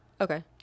Okay